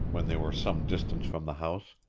when they were some distance from the house.